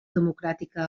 democràtica